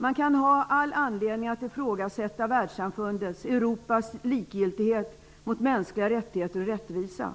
Man kan ha all anledning att ifrågasätta världssamfundet och Europas likgiltighet inför mänskliga rättigheter och rättvisa